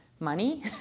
Money